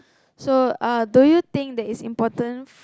so uh do you think that it's important